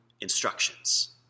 instructions